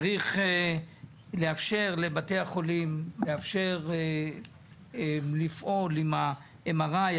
צריך לאפשר לבתי החולים, לאפשר לפעול עם ה-MRI.